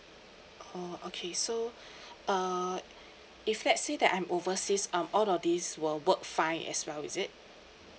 oh okay so uh if let's say that I'm overseas um all of this will work fine as well is it